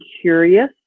curious